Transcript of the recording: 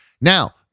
now